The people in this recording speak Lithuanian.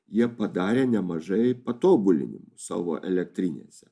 jie padarė nemažai patobulinimų savo elektrinėse